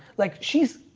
like she's,